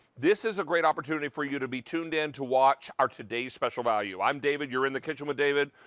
this is a great opportunity for you to be tuned in to watch our today's special value. i'm david. you're in the kitchen with david.